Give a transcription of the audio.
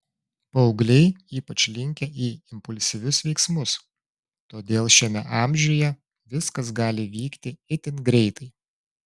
paaugliai ypač linkę į impulsyvius veiksmus todėl šiame amžiuje viskas gali vykti itin greitai